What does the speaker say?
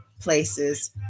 places